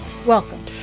Welcome